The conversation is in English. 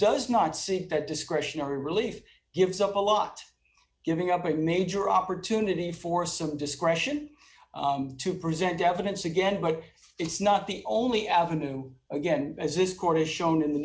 does not see that discretionary relief gives up a lot giving up a major opportunity for some discretion to present evidence again but it's not the only avenue again as this court has shown in the